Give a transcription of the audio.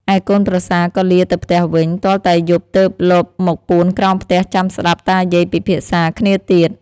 ឯកូនប្រសាក៏លាទៅផ្ទះវិញ ទាល់តែយប់ទើបលបមកពួនក្រោមផ្ទះចាំស្តាប់តាយាយពិភាក្សាគ្នាទៀត។